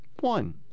One